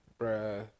bruh